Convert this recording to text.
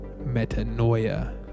Metanoia